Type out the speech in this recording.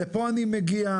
לפה אני מגיע,